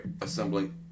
assembling